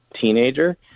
teenager